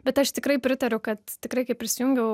bet aš tikrai pritariu kad tikrai kai prisijungiau